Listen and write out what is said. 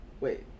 wait